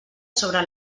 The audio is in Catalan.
sobre